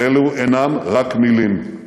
ואלו אינן רק מילים,